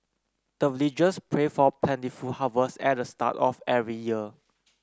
the villagers pray for plentiful harvest at the start of every year